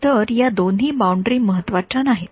तर या दोन्ही बाउंडरी महत्त्वाच्या नाहीत